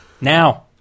Now